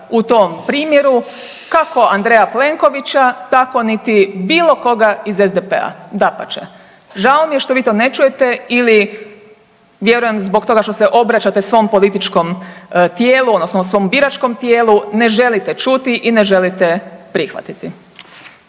u tom primjeru kako Andreja Plenkovića tako niti bilo koga iz SDP-a, dapače. Žao mi je što vi to ne čujete ili vjerujem zbog toga što se obraćate svom političkom tijelu odnosno svom biračkom tijelu ne želite čuti i ne želite prihvatiti.